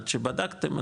עד שבדקתם,